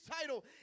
title